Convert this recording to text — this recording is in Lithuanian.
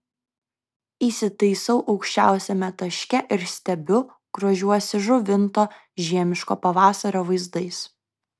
įsitaisau aukščiausiame taške ir stebiu grožiuosi žuvinto žiemiško pavasario vaizdais